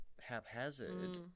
haphazard